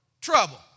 Trouble